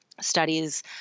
studies